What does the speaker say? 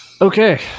okay